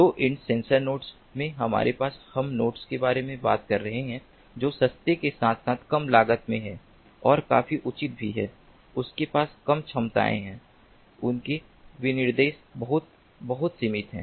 लो end sensor nodes में हमारे पास हम नोड्स के बारे में बात कर रहे हैं जो सस्ते के साथ कम लागत में हैं और काफी उचित भी हैं उनके पास कम क्षमताएं हैं उनके विनिर्देश बहुत बहुत सीमित हैं